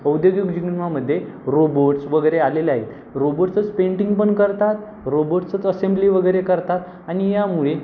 औद्योगिक जीवनामध्ये रोबोट्स वगैरे आलेले आहेत रोबोट्सच पेंटिंग पण करतात रोबोट्सच असेम्बली वगैरे करतात आणि यामुळे